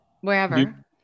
wherever